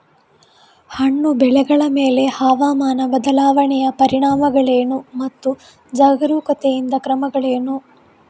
ಹಣ್ಣು ಬೆಳೆಗಳ ಮೇಲೆ ಹವಾಮಾನ ಬದಲಾವಣೆಯ ಪರಿಣಾಮಗಳೇನು ಮತ್ತು ಜಾಗರೂಕತೆಯಿಂದ ಕ್ರಮಗಳೇನು?